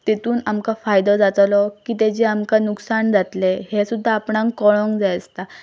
तेतून आमकां फायदो जातलो की तेजें आमकां लुकसाण जातलें हें सुद्दां आपणाक कळोंक जाय आसता